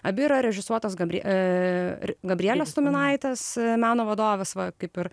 abi yra režisuotos gabrie a gabrielės tuminaitės meno vadovės va kaip ir